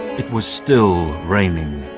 it was still raining.